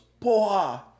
Poha